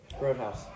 Roadhouse